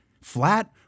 flat